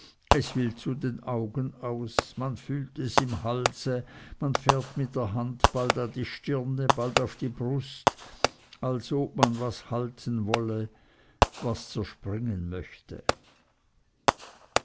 es will zu den augen aus man fühlt es im halse man fährt mit der hand bald an die stirne bald auf die brust als ob man was halten wolle was zerspringen möchte